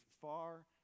far